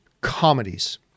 comedies